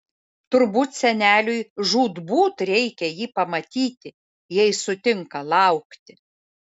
turbūt seneliui žūtbūt reikia jį pamatyti jei sutinka laukti